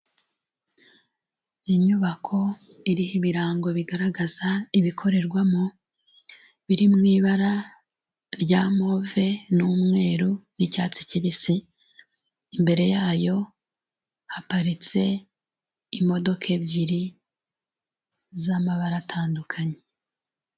Inyubako iriho ibirango bigaragaza ibikorerwamo, biri mu ibara rya move n'umweru n'icyatsi kibisi, imbere yayo haparitse imodoka ebyiri z'amabara atandukanye.